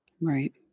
right